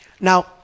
Now